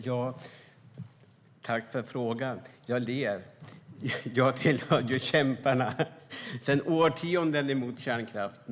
Herr talman! Tack för frågan, Birger Lahti! Jag ler. Jag tillhör ju, sedan årtionden, kämparna mot kärnkraften.